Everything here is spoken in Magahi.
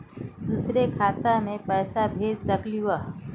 दुसरे खाता मैं पैसा भेज सकलीवह?